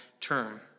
term